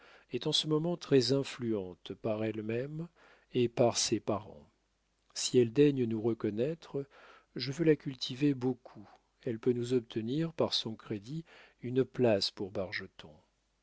est en ce moment très influente par elle-même et par ses parents si elle daigne nous reconnaître je veux la cultiver beaucoup elle peut nous obtenir par son crédit une place pour